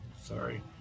sorry